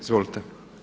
Izvolite.